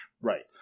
Right